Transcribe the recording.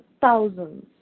thousands